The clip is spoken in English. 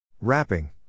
Wrapping